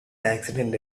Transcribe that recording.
accident